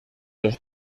los